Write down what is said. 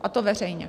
A to veřejně.